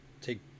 take